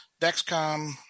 Dexcom